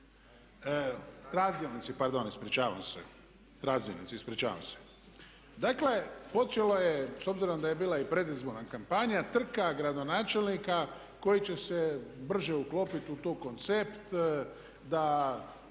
Razdjelnici, ispričavam se. Dakle, počela je, s obzirom da je bila i predizborna kampanja, trka gradonačelnika koji će se brže uklopiti u taj koncept da